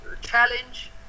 challenge